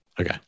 Okay